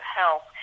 help